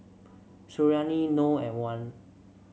Suriani Noh and Wan